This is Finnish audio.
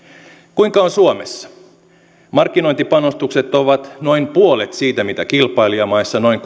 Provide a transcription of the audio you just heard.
kuinka on suomessa markkinointipanostukset ovat noin puolet siitä mitä kilpailijamaissa noin